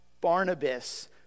Barnabas